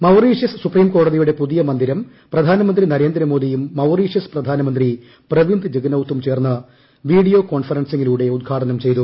Mauritius സുപ്രീംകോടതിയുടെ പുതിയ മന്ദിരം പ്രധാന മന്ത്രി നരേന്ദ്രമോദിയും മൌറീഷ്യസ് പ്രധാനമന്ത്രി പ്രവിന്ദ് ജഗ്നൌത്തും ചേർന്ന് വീഡിയോ കോൺഫറൻസിങ്ങിലൂടെ ഉദ്ഘാടനം ചെയ്തു